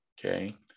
Okay